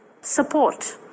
support